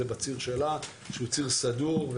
זה בציר שלה שהוא ציר סדור.